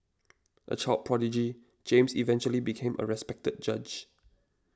a child prodigy James eventually became a respected judge